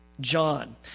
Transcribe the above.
John